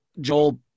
Joel